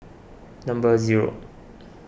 number zero